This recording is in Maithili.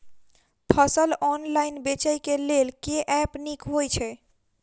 फसल ऑनलाइन बेचै केँ लेल केँ ऐप नीक होइ छै?